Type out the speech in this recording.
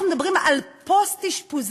אנחנו מדברים על תעריף פוסט-אשפוזי,